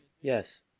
Yes